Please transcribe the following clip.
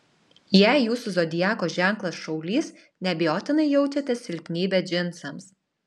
jei jūsų zodiako ženklas šaulys neabejotinai jaučiate silpnybę džinsams